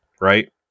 right